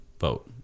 vote